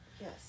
Yes